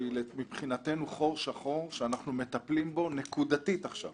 שהיא מבחינתנו חור שחור שאנחנו מטפלים בו נקודתית עכשיו,